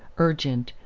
urgent,